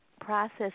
process